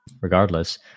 regardless